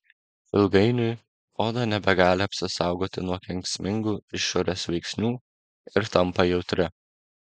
ilgainiui oda nebegali apsisaugoti nuo kenksmingų išorės veiksnių ir tampa jautri